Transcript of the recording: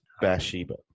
Bathsheba